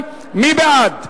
מי בעד?